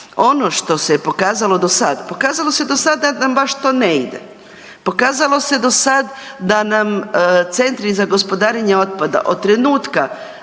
Ono što se je pokazalo do sad, pokazalo se do sada da nam baš to ne ide, pokazalo se do sad da nam CGO od trenutka,